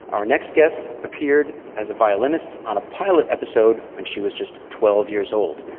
our next guest appeared as a violinist on a pilot episode when she was just twelve years old.